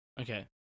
Okay